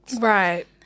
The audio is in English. Right